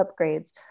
upgrades